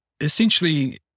essentially